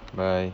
bye